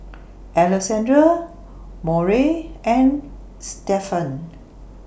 Alexandra Murry and Stephan